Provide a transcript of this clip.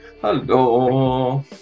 Hello